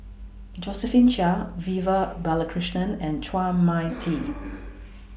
Josephine Chia Vivian Balakrishnan and Chua Mia Tee